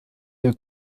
der